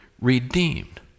redeemed